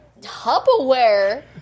Tupperware